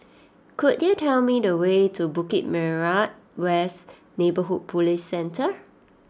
could you tell me the way to Bukit Merah West Neighbourhood Police Centre